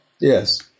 Yes